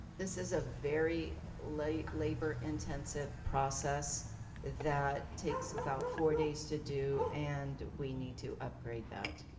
this is a very labor labor intensive process that takes about four days to do and we need to upgrade that.